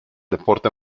deporte